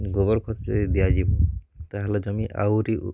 ଗୋବର ଖଟ ଯଦି ଦିଆଯିବ ତାହେଲେ ଜମି ଆଉରି ଉ